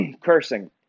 cursing